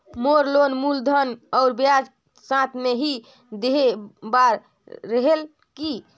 मोर loan मूलधन और ब्याज साथ मे ही देहे बार रेहेल की?